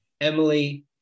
Emily